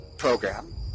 program